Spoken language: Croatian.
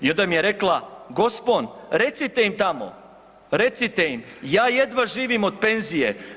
I onda mi je rekla, gospon recite im tamo, recite im ja jedva živim od penzije.